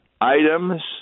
items